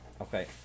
Okay